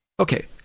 Okay